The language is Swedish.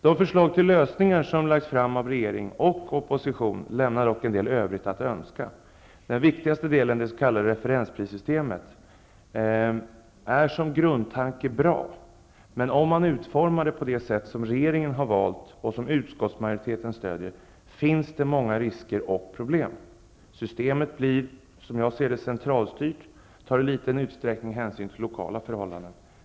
De förslag till lösningar som har lagts fram av regering och opposition lämnar dock en del övrigt att önska. Den viktigaste delen, det s.k. referensprissystemet, är som grundtanke bra. Men om man utformar det på det sätt som regeringen har valt, och som utskottsmajoriteten stödjer, finns det många risker och problem. Systemet blir som jag ser det centralstyrt och tar i liten utsträckning hänsyn till lokala förhållanden.